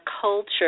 culture